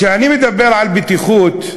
כשאני מדבר על בטיחות,